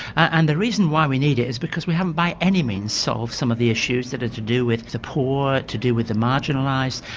and the reason why we need it is because we haven't by any means solved some of the issues that are to do with the poor, to do with the marginalised,